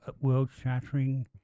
world-shattering